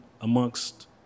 amongst